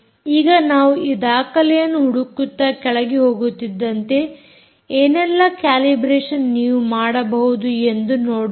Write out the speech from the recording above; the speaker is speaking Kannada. ಈಗ ನಾವು ಈ ದಾಖಲೆಯನ್ನು ಹುಡುಕುತ್ತಾ ಕೆಳಗೆ ಹೋಗುತ್ತಿದ್ದಂತೆ ಏನೆಲ್ಲಾ ಕ್ಯಾಲಿಬ್ರೇಷನ್ ನೀವು ಮಾಡಬಹುದು ಎಂದು ನೋಡೋಣ